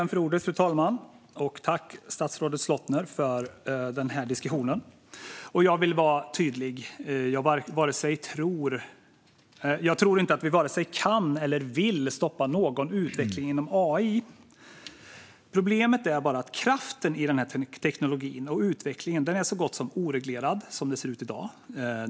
Fru talman! Tack, statsrådet Slottner, för diskussionen! Jag vill vara tydlig: Jag tror inte att vi vare sig kan eller vill stoppa någon utveckling inom AI. Problemet är bara kraften i denna teknologi och att utvecklingen, som det ser ut i dag, är så gott som oreglerad.